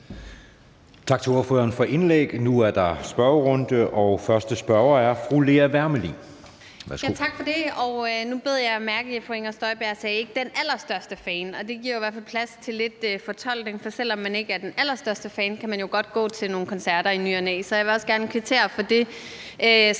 Tak til ordføreren for indlægget. Nu er der spørgerunde, og første spørger er fru Lea Wermelin. Værsgo. Kl. 13:59 Lea Wermelin (S): Tak for det. Nu bed jeg mærke i, at fru Inger Støjberg sagde, at hun ikke var den allerstørste fan, og det giver i hvert fald plads til lidt fortolkning, for selv om man ikke er den allerstørste fan, kan man jo godt gå til nogle koncerter i ny og næ. Så jeg vil også gerne kvittere for det